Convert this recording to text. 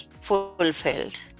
fulfilled